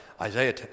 Isaiah